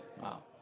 Wow